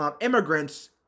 immigrants